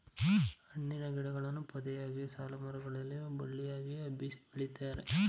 ಹಣ್ಣಿನ ಗಿಡಗಳನ್ನು ಪೊದೆಯಾಗಿಯು, ಸಾಲುಮರ ಗಳಲ್ಲಿಯೂ ಬಳ್ಳಿಯಾಗಿ ಹಬ್ಬಿಸಿ ಬೆಳಿತಾರೆ